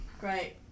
Great